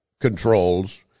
controls